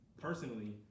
personally